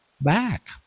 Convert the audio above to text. back